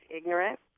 ignorant